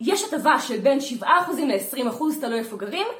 יש הטבה של בין 7% ל-20% תלוי איפה גרים